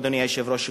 אדוני היושב-ראש,